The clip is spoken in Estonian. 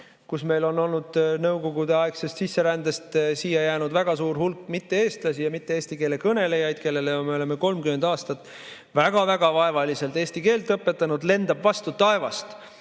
– meil on Nõukogude-aegsest sisserändest siia jäänud väga suur hulk mitte-eestlasi ja mitte eesti keele kõnelejaid, kellele me oleme 30 aastat väga-väga vaevaliselt eesti keelt õpetanud – lendab vastu taevast,